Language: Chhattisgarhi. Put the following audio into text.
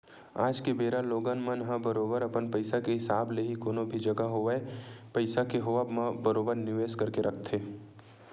आज के बेरा लोगन मन ह बरोबर अपन पइसा के हिसाब ले ही कोनो भी जघा होवय पइसा के होवब म बरोबर निवेस करके रखथे